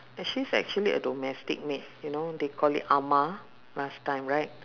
and she's actually a domestic maid you know they call it amah last time right